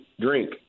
drink